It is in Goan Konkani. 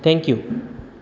थँक्यू